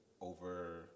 over